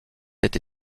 été